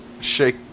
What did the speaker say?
shake